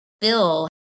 Bill